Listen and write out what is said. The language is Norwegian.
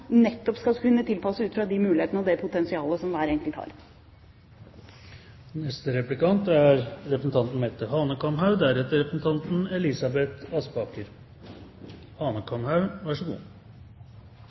nettopp skal kunne tilpasses ut fra de mulighetene og det potensialet som hver enkelt